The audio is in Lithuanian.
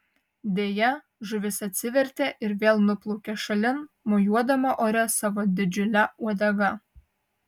deja žuvis atsivertė ir vėl nuplaukė šalin mojuodama ore savo didžiule uodega